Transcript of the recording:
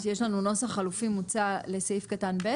יש לנו נוסח חלופי מוצע לסעיף קטן (ב),